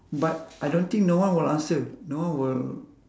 but I don't think no one will answer no one will